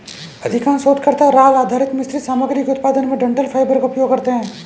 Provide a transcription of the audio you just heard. अधिकांश शोधकर्ता राल आधारित मिश्रित सामग्री के उत्पादन में डंठल फाइबर का उपयोग करते है